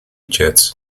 jazz